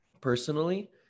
personally